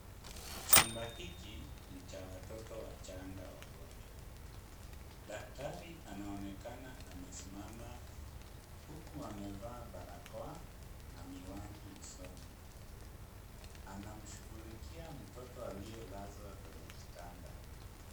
Chumba hiki ni cha watoto wachanga wagonjwa. Daktari anaonekana amesimama huku amevaa barakoa na miwani usoni. Anamshughulikia mtoto aliyelazwa kwenye kitanda.